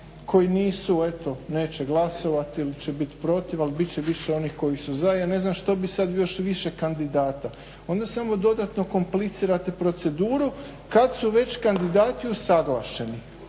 koji nisu eto neće glasovati ili će biti protiv ali bit će više onih koji su za. Ja ne znam što bi sad još više kandidata? Onda samo dodatno komplicirate proceduru kad su već kandidati usuglašeni.